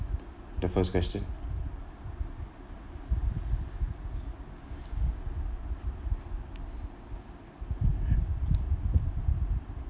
the first question